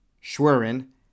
Schwerin